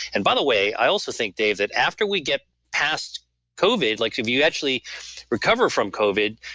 and by the way, i also think, dave, that after we get past covid, like if you actually recover from covid,